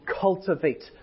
cultivate